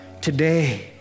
today